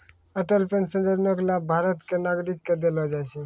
Atal pension Yojana के लाभ भारत के नागरिक क देलो जाय छै